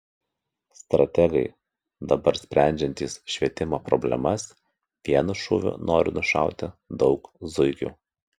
strategai dabar sprendžiantys švietimo problemas vienu šūviu nori nušauti daug zuikių